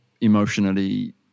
emotionally